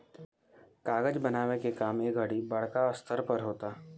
कागज बनावे के काम ए घड़ी बड़का स्तर पर होता